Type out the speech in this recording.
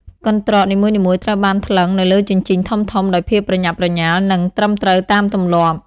កន្ត្រក នីមួយៗត្រូវបានថ្លឹងនៅលើជញ្ជីងធំៗដោយភាពប្រញាប់ប្រញាល់ និងត្រឹមត្រូវតាមទម្លាប់។